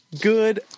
good